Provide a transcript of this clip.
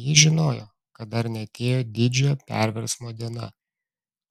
jis žinojo kad dar neatėjo didžiojo perversmo diena